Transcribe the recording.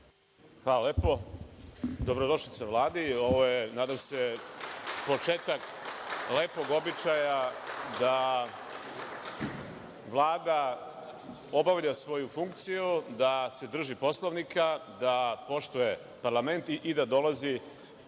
Hvala lepo. Dobrodošlica Vladi, ovo je nadam se, početak lepog običaja da Vlada obavlja svoju funkciju da se drži Poslovnika, da poštuje parlament i da dolazi